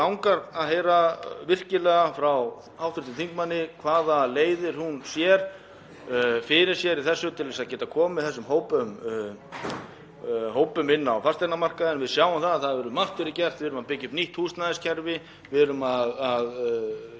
Við sjáum að það hefur margt verið gert. Við erum að byggja upp nýtt húsnæðiskerfi. Við erum komin með almenna íbúðakerfið og komin með öflug óhagnaðardrifin leigufélög sem eru að breyta þessum markaði til hins betra, leyfi ég mér að segja.